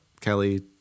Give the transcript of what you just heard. kelly